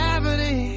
Gravity